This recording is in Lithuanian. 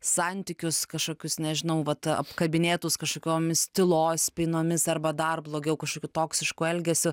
santykius kažkokius nežinau vat apkabinėtus kažkokiomis tylos spynomis arba dar blogiau kažkokiu toksišku elgesiu